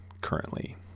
currently